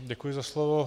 Děkuji za slovo.